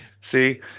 See